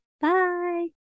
Bye